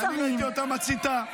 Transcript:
אני ראיתי אותה מציתה.